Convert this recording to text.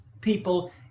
people